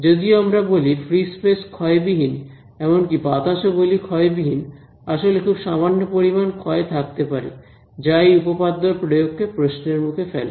যদিও আমরা বলি ফ্রি স্পেস ক্ষয় বিহীন এমনকি বাতাস ও বলি ক্ষয় বিহীন আসলে খুব সামান্য পরিমাণ ক্ষয় থাকতে পারে যা এই উপপাদ্যর প্রয়োগ কে প্রশ্নের মুখে ফেলে